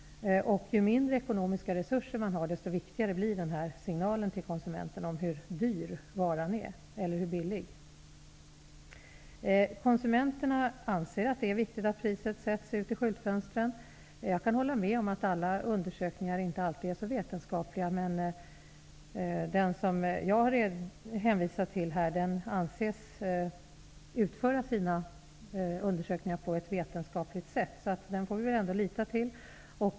Ju mindre ekonomiska resurser konsumenten har desto viktigare blir signalen till konsumenten om hur dyr eller billig en vara är. Konsumenterna anser att det är viktigt att priset sätts ut i skyltfönstret. Jag kan hålla med om att alla undersökningar inte alltid är så vetenskapliga. Det institut jag hänvisar till här anses utföra sina undersökningar på ett vetenskapligt sätt. Vi får ändå lita på det.